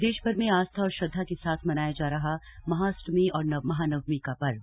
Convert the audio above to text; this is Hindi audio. प्रदेशभर में आस्था और श्रद्धा के साथ मनाया जा रहा महाष्टमी और महानवमी का पर्व